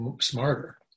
smarter